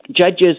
Judges